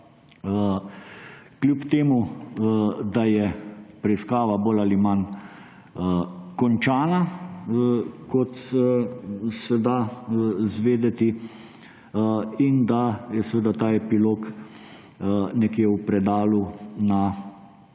kljub temu da je preiskava bolj ali manj končana, kot se da izvedeti, in da je seveda ta epilog nekje v predalu na